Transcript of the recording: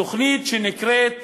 תוכנית שנקראת